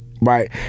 right